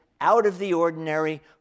out-of-the-ordinary